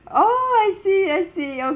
oh I see I see